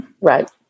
Right